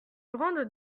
grande